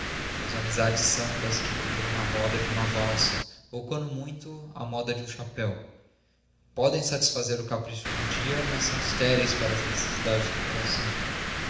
suas amizades são das que duram a roda de uma valsa ou quando muito a moda de um chapéu podem satisfazer o capricho de um dia mas são estéreis para as necessidades do coração